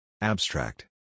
Abstract